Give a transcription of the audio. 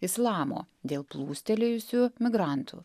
islamo dėl plūstelėjusių migrantų